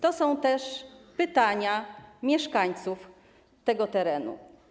To są też pytania mieszkańców tego terenu.